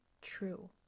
true